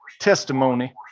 testimony